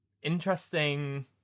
Interesting